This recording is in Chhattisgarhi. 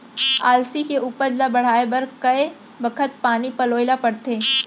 अलसी के उपज ला बढ़ए बर कय बखत पानी पलोय ल पड़थे?